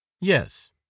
yes